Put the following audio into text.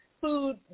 food